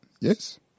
Yes